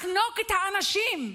לחנוק את האנשים,